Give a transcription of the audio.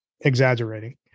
exaggerating